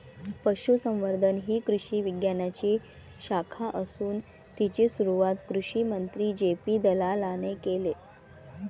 पशुसंवर्धन ही कृषी विज्ञानाची शाखा असून तिची सुरुवात कृषिमंत्री जे.पी दलालाने केले